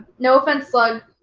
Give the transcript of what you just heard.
no offense, slug,